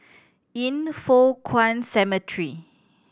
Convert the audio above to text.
Yin Foh Kuan Cemetery